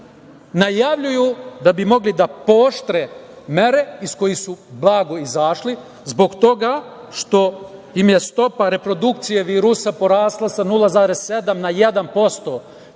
najavljuju da bi mogli da pooštre mere iz kojih su blago izašli zbog toga što im je stopa reprodukcije virusa porasla sa 0,7 na 1%.